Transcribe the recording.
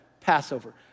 Passover